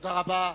תודה רבה.